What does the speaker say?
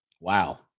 wow